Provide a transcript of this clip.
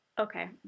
Okay